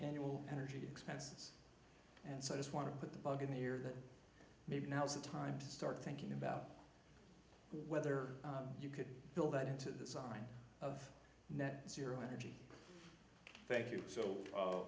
annual energy expenses and so i just want to put the bug in here that maybe now is the time to start thinking about whether you could build that into the design of net zero energy thank you so